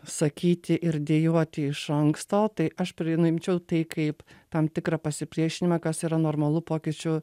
sakyti ir dejuoti iš anksto tai aš pri nu imčiau tai kaip tam tikrą pasipriešinimą kas yra normalu pokyčių